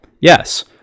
yes